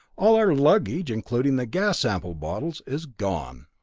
all our luggage, including the gas sample bottles, is gone.